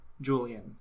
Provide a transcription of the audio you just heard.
Julian